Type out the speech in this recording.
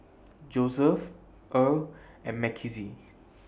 Joeseph Earl and Mckenzie